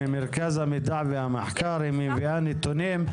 היא ממרכז המידע והמחקר והיא מביאה נתונים.